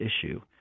issue